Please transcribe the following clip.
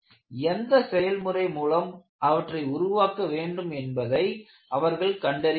எந்த செயல்முறை மூலம் அவற்றை உருவாக்க வேண்டும் என்பதை அவர்கள் கண்டறிய வேண்டும்